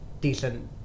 decent